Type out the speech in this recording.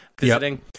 visiting